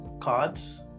cards